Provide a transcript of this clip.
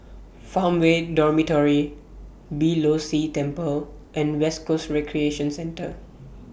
Farmway Dormitory Beeh Low See Temple and West Coast Recreation Centre